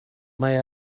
mae